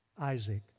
Isaac